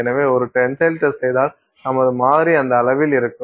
எனவே ஒரு tensile test செய்தால் நமது மாதிரி அந்த அளவில் இருக்கும்